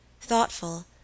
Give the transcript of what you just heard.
thoughtful